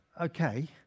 okay